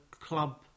club